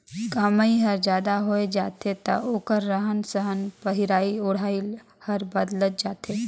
कमई हर जादा होय जाथे त ओखर रहन सहन पहिराई ओढ़ाई हर बदलत जाथे